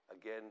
Again